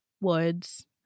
woods